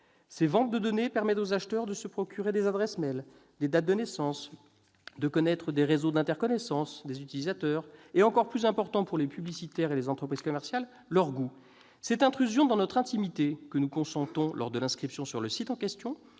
pas encore identifié. Il permet aux acheteurs de se procurer des adresses mail, des dates de naissance, d'accéder aux réseaux d'interconnaissances des utilisateurs et, encore plus important pour les publicitaires et les entreprises commerciales, de connaître leurs goûts. Cette intrusion dans notre intimité, que nous consentons lors de l'inscription sur le site en question,